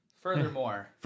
Furthermore